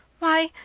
why,